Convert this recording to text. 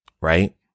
right